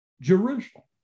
Jerusalem